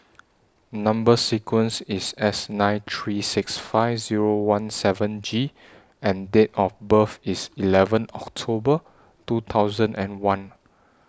Number sequence IS S nine three six five Zero one seven G and Date of birth IS eleven October two thousand and one